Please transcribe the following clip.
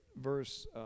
verse